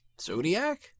Zodiac